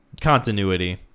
continuity